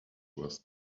worse